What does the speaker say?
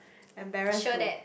embarrassed to